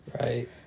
Right